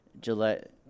Gillette